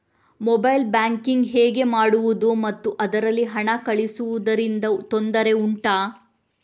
mobile banking ಹೇಗೆ ಮಾಡುವುದು ಮತ್ತು ಅದರಲ್ಲಿ ಹಣ ಕಳುಹಿಸೂದರಿಂದ ತೊಂದರೆ ಉಂಟಾ